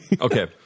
Okay